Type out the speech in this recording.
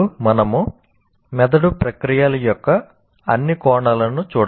మనము మెదడు ప్రక్రియల యొక్క అన్ని కోణాలను చూడము